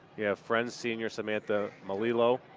yeah friends senior samantha mellow,